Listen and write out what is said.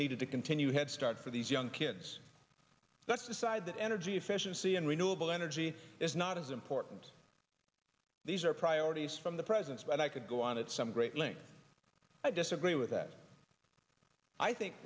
needed to continue headstart for these young kids that's the side that energy efficiency and renewable energy is not as important these are priorities from the president's but i could go on at some great length i disagree with that i think